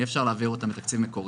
אי אפשר להעביר אותן לתקציב מקורי.